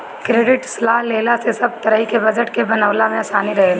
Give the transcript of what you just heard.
credit सलाह लेहला से सब तरही के बजट के बनवला में आसानी रहेला